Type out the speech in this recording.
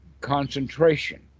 concentration